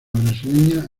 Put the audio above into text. brasileña